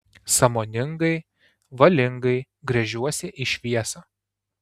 sąmoningai valingai gręžiuosi į šviesą